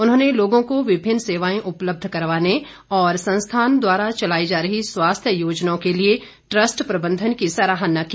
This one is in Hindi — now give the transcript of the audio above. उन्होंने लोगों को विभिन्न सेवाएं उपलब्ध करवाने और संस्थान द्वारा चलाई जा रही स्वास्थ्य योजनाओं के लिए ट्रस्ट प्रबंधन की सराहना की